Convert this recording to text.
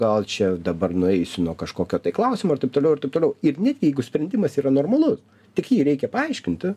gal čia dabar nueisiu nuo kažkokio tai klausimo ir taip toliau ir taip toliau ir netgi jeigu sprendimas yra normalus tik jį reikia paaiškinti